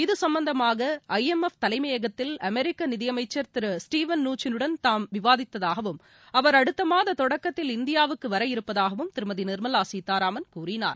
இதுசும்பந்தமாக I M F தலைமையகத்தில் அமெரிக்கநிதியமைச்சர் திரு ஸ்டீவென் நூச்சினுடன் விவாதித்ததாகவும் அடுத்தமாததுவக்கத்தில் இந்தியாவுக்குவரவிருப்பதாகவும் தாம் திருமதிநிர்மலாசீதாராமன் கூறினார்